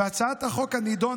והצעת החוק הנדונה,